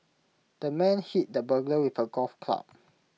the man hit the burglar with A golf club